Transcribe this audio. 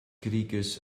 krieges